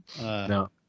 No